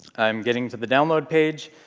i'm getting to the download page,